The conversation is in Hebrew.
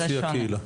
לפי הקהילה.